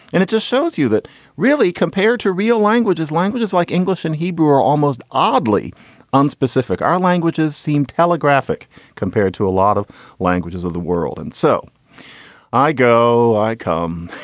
and it just shows you that really compared to real languages, languages like english and hebrew are almost oddly unspecific. our languages seem telegraphic compared to a lot of languages of the world. and so i go i come